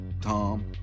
Tom